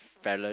fella